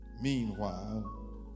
meanwhile